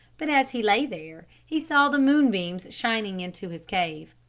but as he lay there he saw the moonbeams shining into his cave.